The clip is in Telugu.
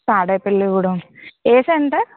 తాడేపల్లిగూడెం ఏ సెంటర్